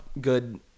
good